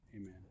amen